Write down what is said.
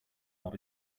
not